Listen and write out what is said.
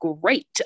great